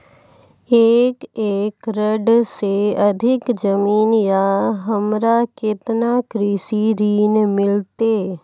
एक एकरऽ से अधिक जमीन या हमरा केतना कृषि ऋण मिलते?